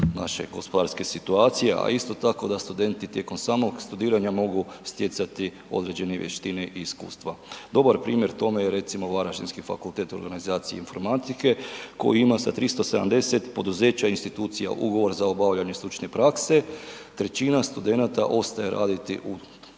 naše gospodarske situacije a isto tako da studenti tijekom samog studiranja mogu stjecati određene vještine i iskustva. Dobar primjer tome je recimo varaždinski Fakultet organizacije i informatike koji ima sa 370 poduzeća i institucija ugovor za obavljanje stručne prakse, 1/3 studenata ostaje raditi u